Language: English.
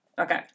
Okay